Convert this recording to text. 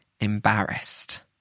embarrassed